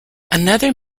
another